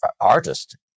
artist